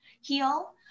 heal